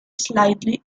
slightly